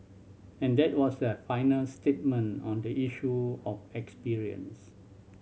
and that was their final statement on the issue of experience